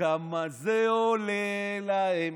"כמה זה עולה להם,